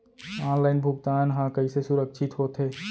Online भुगतान हा कइसे सुरक्षित होथे?